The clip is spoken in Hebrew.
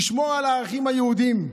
תשמור על הערכים היהודיים,